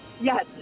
Yes